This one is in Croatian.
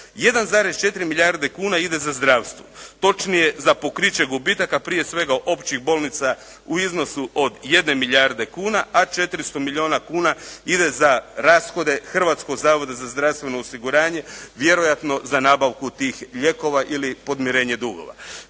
1,4 milijarde kuna ide za zdravstvo, točnije za pokriće gubitaka, prije svega općih bolnica u iznosu od 1 milijarde kuna, a 400 milijuna kuna ide za rashode Hrvatskog zavoda za zdravstveno osiguranja, vjerojatno za nabavku tih lijekova ili podmirenje dugova.